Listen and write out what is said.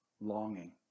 longing